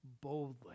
boldly